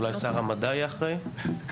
אולי שר המדע יהיה אחראי רעיון.